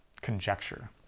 conjecture